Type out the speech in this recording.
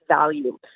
value